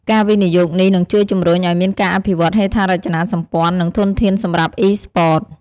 ការវិនិយោគនេះនឹងជួយជំរុញឲ្យមានការអភិវឌ្ឍហេដ្ឋារចនាសម្ព័ន្ធ និងធនធានសម្រាប់ Esports។